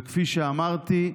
וכפי שאמרתי,